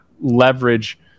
leverage